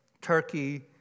Turkey